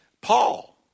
Paul